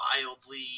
wildly